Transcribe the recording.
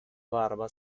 barba